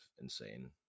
insane